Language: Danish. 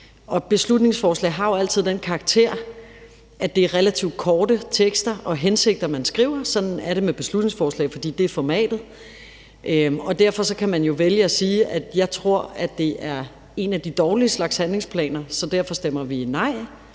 Beslutningsforslag har jo altid den karakter, at det er relativt korte tekster om ens hensigter, man skriver, og sådan er det, fordi det er formatet. Derfor kan man vælge at sige, at man tror, at det en af den dårlige slags handlingsplaner, og at man derfor stemmer nej,